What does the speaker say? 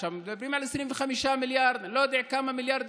עכשיו מדברים על 25 מיליארד ואני לא יודע על כמה מיליארדים